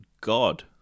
God